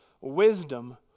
wisdom